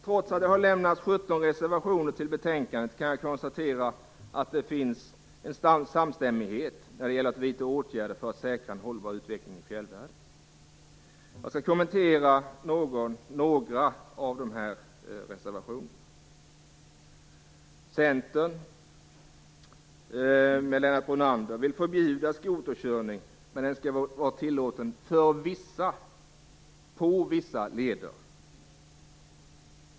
Trots att 17 reservationer har fogats till betänkandet kan jag konstatera att det finns en samstämmighet när det gäller att vidta åtgärder för att säkra en hållbar utveckling i fjällvärlden. Jag skall kommentera några av reservationerna. Lennart Brunander och Centern vill förbjuda skoterkörning, med undantag för vissa på vissa leder.